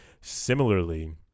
similarly